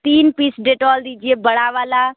तीन piece Dettol दीजिए बड़ा वाला